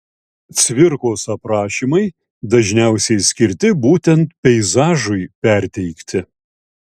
cvirkos aprašymai dažniausiai skirti būtent peizažui perteikti